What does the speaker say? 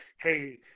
hey